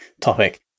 topic